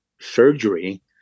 surgery